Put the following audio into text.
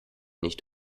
nicht